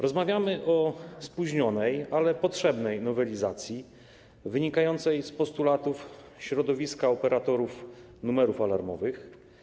Rozmawiamy o spóźnionej, ale potrzebnej nowelizacji wynikającej z postulatów środowiska operatorów numerów alarmowych.